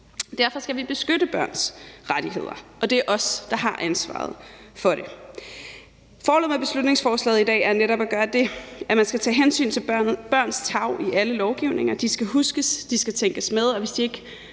Derfor skal vi beskytte børns rettigheder, og det er os, der har ansvaret for det. Formålet med beslutningsforslaget i dag er netop at gøre det, at man skal tage hensyn til børns tarv i alle lovgivninger. De skal huskes, de skal tænkes med, og hvis ikke